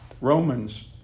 Romans